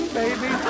baby